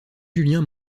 julien